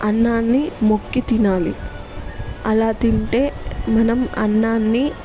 అన్నాన్ని మొక్కి తినాలి అలా తింటే మనం అన్నాన్ని